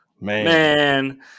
Man